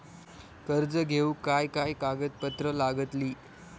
कर्ज घेऊक काय काय कागदपत्र लागतली?